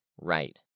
Right